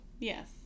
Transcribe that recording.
Yes